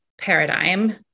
paradigm